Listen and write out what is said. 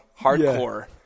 hardcore